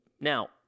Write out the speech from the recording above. Now